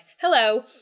hello